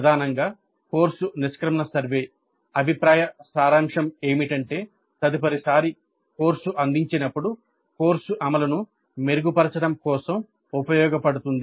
ప్రధానంగా కోర్సు నిష్క్రమణ సర్వే అభిప్రాయ సారాంశం ఏమిటంటే తదుపరిసారి కోర్సు అందించినప్పుడు కోర్సు అమలును మెరుగుపరచడం కోసం ఉపయోగపడుతుంది